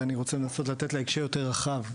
ואני רוצה לנסות לתת לה הקשר הרבה יותר רחב,